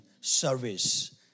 service